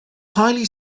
highly